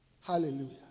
Hallelujah